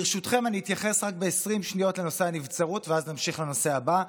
ברשותכם אני אתייחס רק ב-20 שניות לנושא הנבצרות ואז נמשיך לנושא הבא.